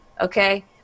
okay